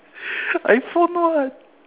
iphone [what]